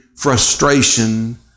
Frustration